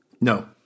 No